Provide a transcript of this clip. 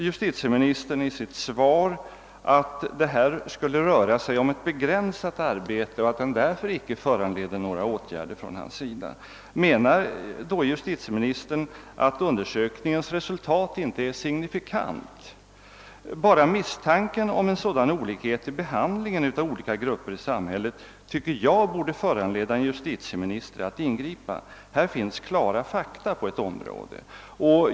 Justitieministern säger i sitt svar, att det skulle röra sig om ett begränsat arbete och att undersökningen därför icke föranleder några åtgärder från hans sida. Menar då justitieministern att undersökningens resultat inte är signifikativt? Bara misstanken om en sådan olikhet i behandlingen av skilda grupper i samhället borde enligt min uppfattning föranleda en justitieminister att ingripa. Här finns ju klara fakta på ett område.